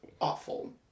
Awful